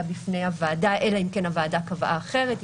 בפני הוועדה ,אלא אם כן הוועדה קבעה אחרת.